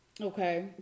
Okay